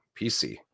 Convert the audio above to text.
PC